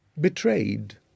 betrayed